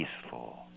peaceful